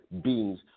beings